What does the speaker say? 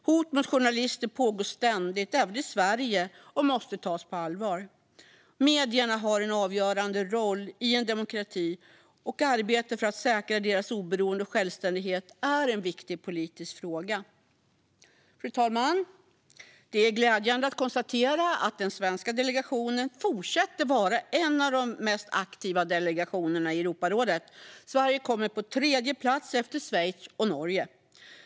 Hot mot journalister pågår ständigt, även i Sverige, och måste tas på allvar. Medierna har en avgörande roll i en demokrati, och arbetet för att säkra deras oberoende och självständighet är en viktig politisk fråga. Fru talman! Det är glädjande att kunna konstatera att den svenska delegationen fortsätter att vara en av de mest aktiva delegationerna i Europarådet - Sverige kommer på tredje plats efter Schweiz och Norge.